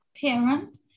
parent